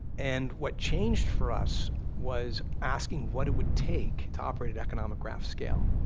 and what changed for us was asking what it would take to operate at economic graph scale.